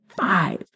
five